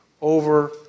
over